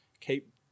keep